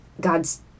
God's